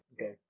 Okay